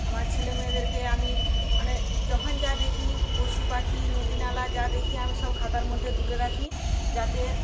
আমার ছেলেমেয়েদেরকে আমি মানে যখন যা দেখি পশু পাখি নদী নালা যা দেখি আমি সব খাতার মধ্যে তুলে রাখি যাতে